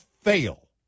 fail